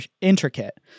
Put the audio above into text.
intricate